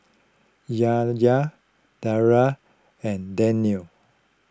Yahya Dara and Daniel